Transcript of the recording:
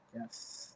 Yes